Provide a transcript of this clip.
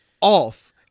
off